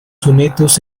sonetos